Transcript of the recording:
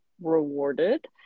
rewarded